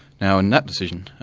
now in that decision,